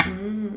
mm